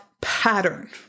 pattern